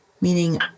meaning